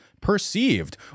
perceived